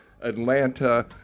Atlanta